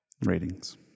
ratings